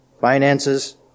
finances